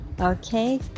okay